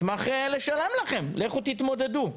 "נשמח לשלם לכם, לכו תתמודדו.